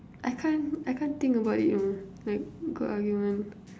I can't I can't think about it you know like good argument